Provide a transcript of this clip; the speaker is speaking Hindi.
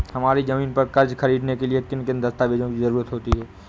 हमारी ज़मीन पर कर्ज ख़रीदने के लिए किन किन दस्तावेजों की जरूरत होती है?